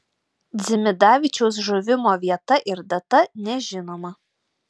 dzimidavičiaus žuvimo vieta ir data nežinoma